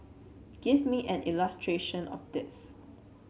give me an illustration of this